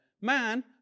Man